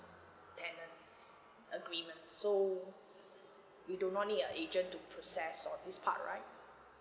tenants agreements so we do not need a agent to process all this part right